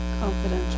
Confidential